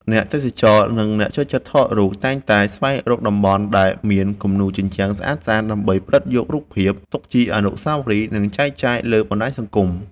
អ្នកទេសចរ និងអ្នកចូលចិត្តថតរូប តែងតែស្វែងរកតំបន់ដែលមានគំនូរជញ្ជាំងស្អាតៗ ដើម្បីផ្ដិតយករូបភាពទុកជាអនុស្សាវរីយ៍ និងចែកចាយលើបណ្ដាញសង្គម។